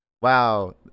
wow